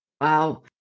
Wow